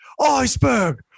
iceberg